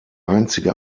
einzige